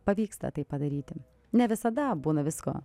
pavyksta tai padaryti ne visada būna visko